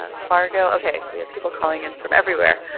ah fargo. okay, we have people calling in from everywhere.